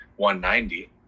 190